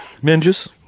Ninjas